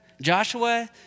Joshua